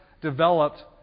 developed